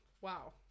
Wow